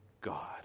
God